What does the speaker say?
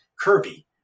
Kirby